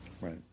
right